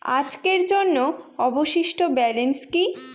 আজকের জন্য অবশিষ্ট ব্যালেন্স কি?